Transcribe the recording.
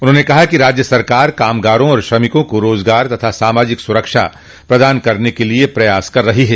उन्होंने कहा कि राज्य सरकार कामगारों और श्रमिकों को रोजगार तथा सामाजिक सुरक्षा प्रदान करने के लिए प्रयास कर रही है